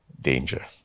danger